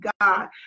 God